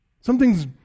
Something's